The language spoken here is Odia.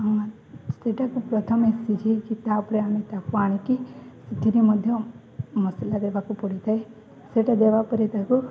ସେଟାକୁ ପ୍ରଥମେ ସିଝେଇକି ତାପରେ ଆମେ ତାକୁ ଆଣିକି ସେଥିରେ ମଧ୍ୟ ମସଲା ଦେବାକୁ ପଡ଼ିଥାଏ ସେଟା ଦେବା ପରେ ତାକୁ